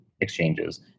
exchanges